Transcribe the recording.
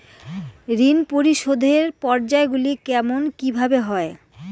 ঋণ পরিশোধের পর্যায়গুলি কেমন কিভাবে হয়?